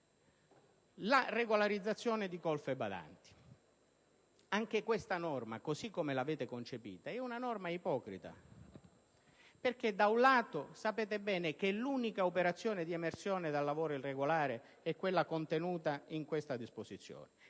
la regolarizzazione di colf e badanti. Anche questa norma, così come l'avete concepita, è ipocrita. Infatti sapete bene che l'unica operazione di emersione dal lavoro irregolare è quella contenuta in questa disposizione,